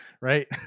right